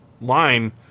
line